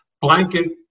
blanket